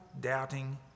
doubting